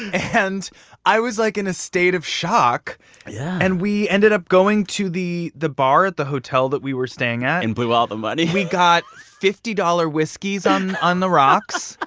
and i was like in a state of shock yeah and we ended up going to the the bar at the hotel that we were staying at and blew all the money we got fifty dollars whiskies on on the rocks,